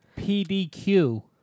PDQ